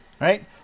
right